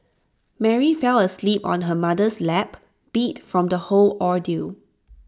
Mary fell asleep on her mother's lap beat from the whole ordeal